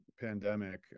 pandemic